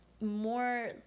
more